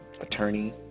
attorney